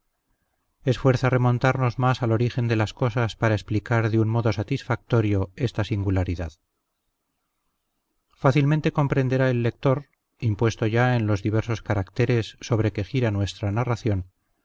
es fuerza remontarnos más al origen de las cosas para explicar de un modo satisfactorio esta singularidad fácilmente comprenderá el lector impuesto ya en los diversos caracteres sobre que gira nuestra narración